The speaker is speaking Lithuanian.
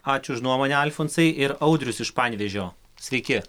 ačiū už nuomonę alfonsai ir audrius iš panevėžio sveiki